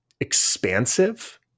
expansive